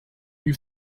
you